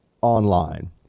online